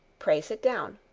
pray sit down.